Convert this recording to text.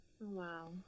Wow